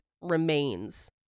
remains